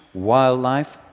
wildlife,